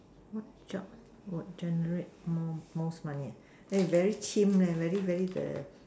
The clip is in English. what job will generate more most money very very very the